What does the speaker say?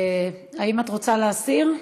האם את רוצה להסיר?